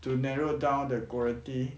to narrow down the quality